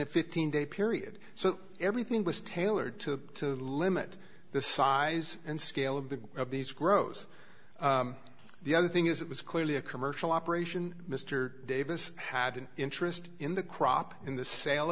a fifteen day period so everything was tailored to limit the size and scale of the of these grose the other thing is it was clearly a commercial operation mr davis had an interest in the crop in the sale